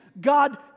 God